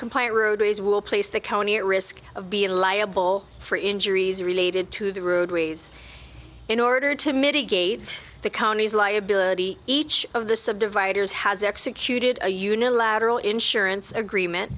compliant roadways will place the county at risk of be liable for injuries related to the roadways in order to mitigate the county's liability each of the subdivided is has executed a unilateral insurance agreement